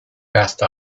passed